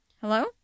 Hello